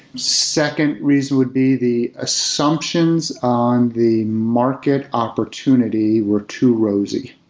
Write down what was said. second reason would be the assumptions on the market opportunity were too rosy.